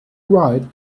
ride